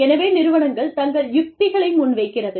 எனவே நிறுவனங்கள் தங்கள் யுக்திகளை முன்வைக்கிறது